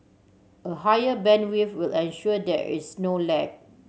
a higher bandwidth will ensure there is no lag